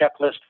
checklist